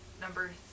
number